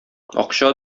акча